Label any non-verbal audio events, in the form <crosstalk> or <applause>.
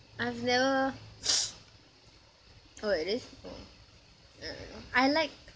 I've never <breath> oh it is oh I don't know I like